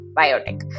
biotech